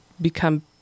become